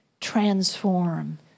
transform